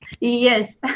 Yes